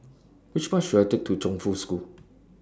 Which Bus should I Take to Chongfu School